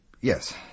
yes